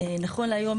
נכון להיום,